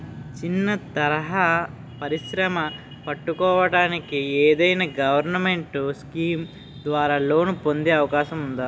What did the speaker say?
చిన్న తరహా పరిశ్రమ పెట్టుకోటానికి ఏదైనా గవర్నమెంట్ స్కీం ద్వారా లోన్ పొందే అవకాశం ఉందా?